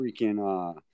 freaking